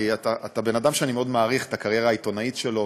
כי אתה בן אדם שאני מאוד מעריך את הקריירה העיתונאית שלו,